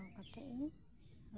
ᱠᱟᱛᱮᱫ ᱤᱧ